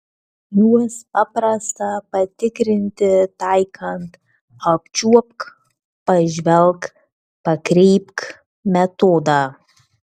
juos paprasta patikrinti taikant apčiuopk pažvelk pakreipk metodą